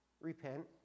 Repent